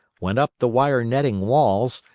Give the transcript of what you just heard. went up the wire-netting walls,